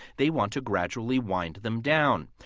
they want to gradually wind them down.